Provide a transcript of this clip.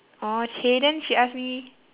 orh !chey! then she ask me